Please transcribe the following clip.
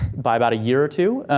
by about a year or two.